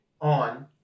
on